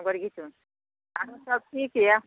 गड़ी घीचू आओरो सब ठीक यऽ